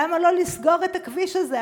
למה לא לסגור את הכביש הזה?